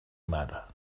matter